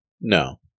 No